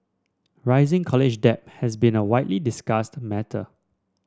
rising college debt has been a widely discussed matter